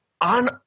on